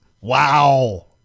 Wow